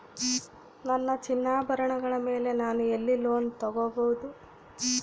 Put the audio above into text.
ನನ್ನ ಚಿನ್ನಾಭರಣಗಳ ಮೇಲೆ ನಾನು ಎಲ್ಲಿ ಲೋನ್ ತೊಗೊಬಹುದು?